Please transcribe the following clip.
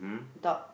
dog